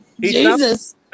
Jesus